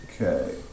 Okay